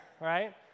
right